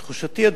תחושתי,